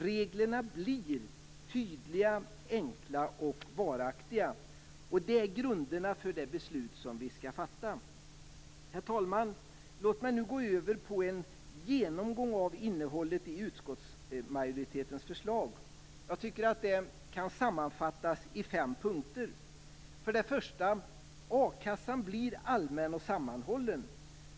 Reglerna blir tydliga, enkla och varaktiga. Detta är grunderna till det beslut vi skall fatta. Herr talman! Låt mig gå över på en genomgång av innehållet i utskottsmajoritetens förslag. Det kan sammanfattas i fem punkter. För det första blir a-kassan allmän och sammanhållen.